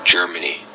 Germany